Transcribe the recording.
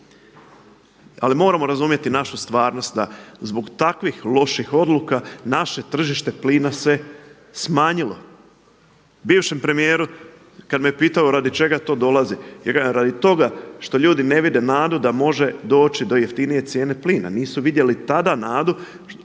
Ali moramo razumjeti našu stvarnost da zbog takvih loših odluka naše tržište plina se smanjilo. Bivšem premijeru kad me pitao radi čega to dolazi, ja kažem radi toga što ljudi ne vide nadu da može doći do jeftinije cijene plina. Nisu vidjeli tada nadu.